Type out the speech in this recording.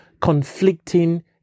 conflicting